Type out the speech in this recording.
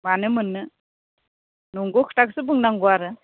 मानो मोननो नंगौ खोथाखौसो बुंनांगौ आरो